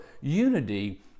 unity